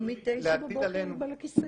הוא מתשע בבוקר על הכיסא.